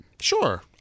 Sure